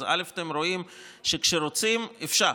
אז אתם רואים שכשרוצים, אפשר.